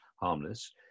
harmless